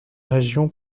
région